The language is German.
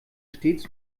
stets